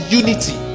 unity